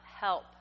help